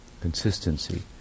consistency